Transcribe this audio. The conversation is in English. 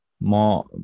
more